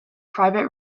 private